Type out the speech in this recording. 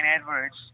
Edwards